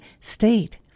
state